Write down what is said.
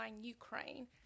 Ukraine